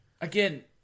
Again